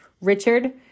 Richard